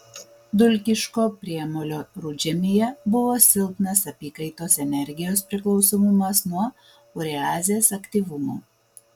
dulkiško priemolio rudžemyje buvo silpnas apykaitos energijos priklausomumas nuo ureazės aktyvumo